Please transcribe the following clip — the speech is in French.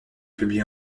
publiée